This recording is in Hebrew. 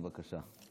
בבקשה.